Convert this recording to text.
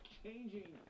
changing